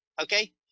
Okay